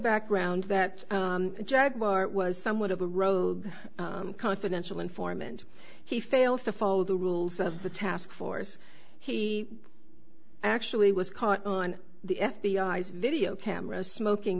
background that jaguar was somewhat of a rogue confidential informant he fails to follow the rules of the task force he actually was caught on the f b i s video camera smoking